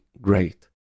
great